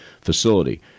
facility